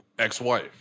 ex-wife